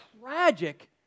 tragic